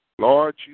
Lord